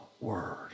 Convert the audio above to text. word